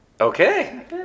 Okay